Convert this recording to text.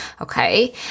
Okay